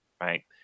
right